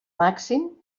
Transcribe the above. màxim